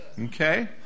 Okay